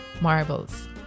marbles